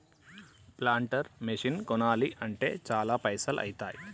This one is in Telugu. ప్లాంటర్ మెషిన్ కొనాలి అంటే చాల పైసల్ ఐతాయ్